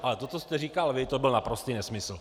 Ale to, co jste říkal vy, to byl naprostý nesmysl.